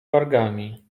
wargami